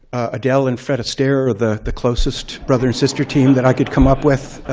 adele and fred astaire are the the closest brother-sister team that i could come up with.